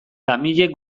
tamilek